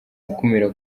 gukumira